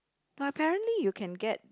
apparently you can get